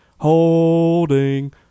Holding